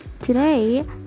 today